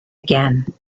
again